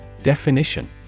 Definition